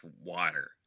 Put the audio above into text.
water